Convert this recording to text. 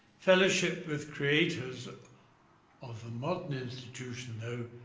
fellowship with creators of the modern institution though,